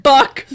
Buck